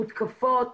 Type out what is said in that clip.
מותקפות,